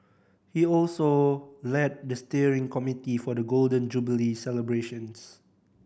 he also led the steering committee for the Golden Jubilee celebrations